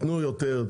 תנו יותר,